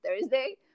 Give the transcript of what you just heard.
Thursday